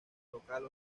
local